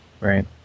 Right